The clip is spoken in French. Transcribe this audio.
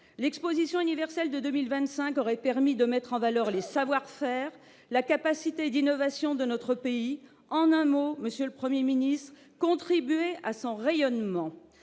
l'Exposition universelle de 2025 aurait permis de mettre en valeur les savoir-faire et la capacité d'innovation de notre pays. En un mot, monsieur le Premier ministre, cela aurait contribué à son rayonnement.